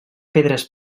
pedres